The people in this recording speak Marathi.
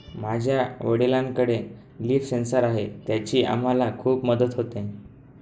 माझ्या वडिलांकडे लिफ सेन्सर आहे त्याची आम्हाला खूप मदत होते